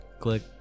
click